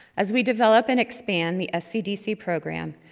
as we develop and expand the scdc program,